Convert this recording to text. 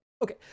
Okay